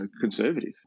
conservative